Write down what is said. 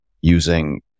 using